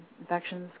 infections